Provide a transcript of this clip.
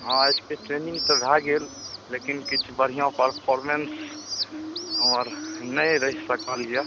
हँ आइ ट्रेनिंग तऽ भए गेल लेकिन किछु बढ़िआँ परफॉर्मेंस हमर नहि रहि सकल यऽ